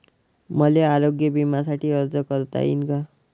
मले आरोग्य बिम्यासाठी अर्ज करता येईन का?